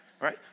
Right